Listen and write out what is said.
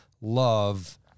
love